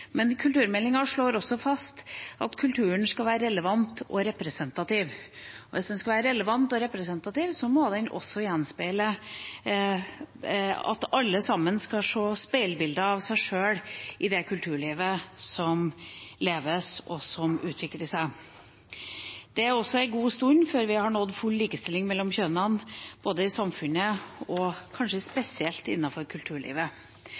Men kulturmeldinga slår også fast at kulturen skal være relevant og representativ. Og hvis den skal være relevant og representativ, må den også gjenspeile at alle sammen skal se speilbildet av seg sjøl i det kulturlivet som leves, og som utvikler seg. Det er en god stund til vi har nådd full likestilling mellom kjønnene både i samfunnet og kanskje spesielt innenfor kulturlivet,